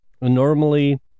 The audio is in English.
normally